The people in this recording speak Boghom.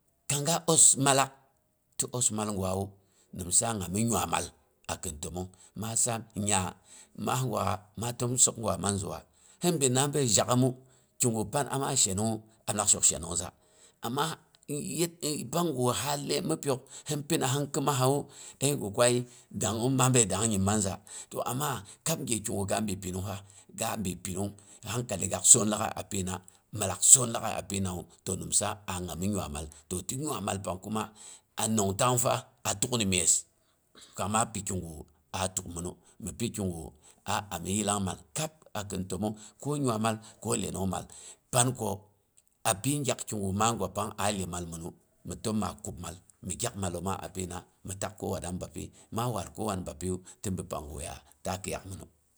Kan ga os mallak, ti os mall gwawu mmsa ami nuwaiy mal akhin timmong, ma sam nya maah gwa ma timsokgwa man ziwa hin binna bai jakhommu, ki gu pan ama shenong am lak shok shenong za, amma ny yet pangu ha laiyu mu mhi pyok hin pina hin kmashu ai gi kwayi danghom ma bai dang nyim manza, to amma kab ge ki gu ga bai pinungha ga bai pimung hu hankali gak son laaghai a pina, mallak son laaghai a pinawu to nimsa a ami nuwayimal to ti nuwaiyimal pang kuma a nongtangfa a tuk ni mess. kang ma pi kigu a tuk minnu mi pi ki gu a ami yillangmal kab. Akhin tommong ko nuwaiyimal ko lenongmal pan ko api gyak kigu ma gwa pang a lemal mhinu mhi, ma kuɓmal mhi gyak mallomma a pina mi tak ko wanna ni bapi ma wad ko wan ni bapiwu tin bi panggu ya ta kiyak minu.